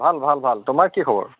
ভাল ভাল ভাল তোমাৰ কি খবৰ